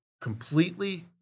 completely